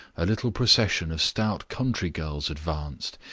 a little procession of stout country girls advanced,